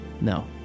no